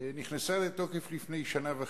נכנסה לתוקף לפני שנה וחצי.